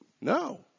No